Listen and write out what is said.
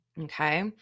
Okay